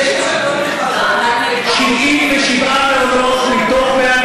יש 77 מעונות מתוך,